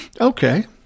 Okay